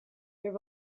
there